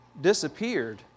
disappeared